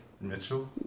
Mitchell